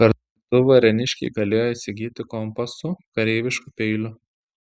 kartu varėniškiai galėjo įsigyti kompasų kareiviškų peilių